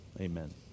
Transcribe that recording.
amen